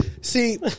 See